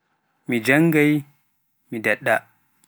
mi janngai, mi daɗɗa.